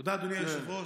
תודה, אדוני היושב-ראש.